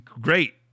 great